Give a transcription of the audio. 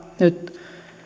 nyt